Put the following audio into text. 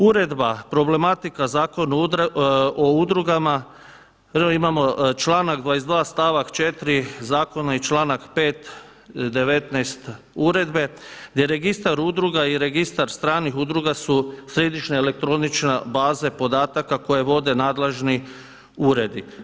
Uredba, problematika Zakon o udrugama, prvo imamo članak 22, stavak 4. Zakona i članak 5. 19 uredbe gdje registar udruga i registar stranih udruga su središnje elektronične baze podataka koje vode nadležni uredi.